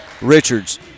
Richards